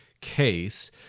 case